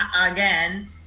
again